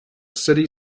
city